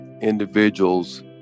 individuals